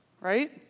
Right